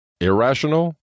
Irrational